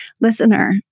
Listener